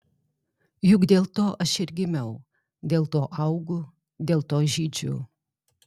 juk dėl to aš ir gimiau dėl to augu dėl to žydžiu